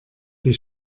die